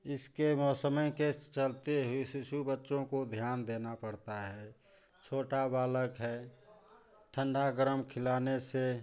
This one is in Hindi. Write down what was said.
इसके मौसमें के चलते ही शिशु बच्चों को ध्यान देना पड़ता है छोटा बालक है ठंडा गरम खिलाने से